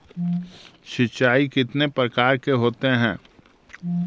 सिंचाई कितने प्रकार के होते हैं?